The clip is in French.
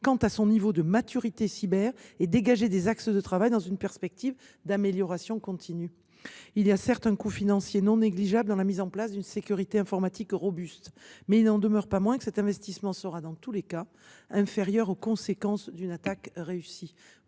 quant à son niveau de maturité cyber et dégager des axes de travail dans une perspective d’amélioration continue. Il y a, certes, un coût financier non négligeable dans la mise en place d’une sécurité informatique robuste, mais il n’en demeure pas moins que cet investissement sera, dans tous les cas, inférieur aux conséquences d’une attaque réussie.